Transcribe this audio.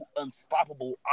unstoppable